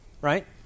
Right